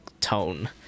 tone